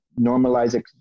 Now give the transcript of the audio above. normalize